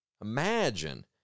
Imagine